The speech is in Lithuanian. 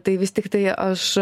tai vis tiktai aš